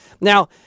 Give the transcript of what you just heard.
Now